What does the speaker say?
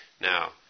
Now